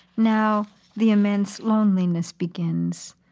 now the immense loneliness begins.